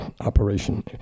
operation